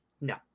No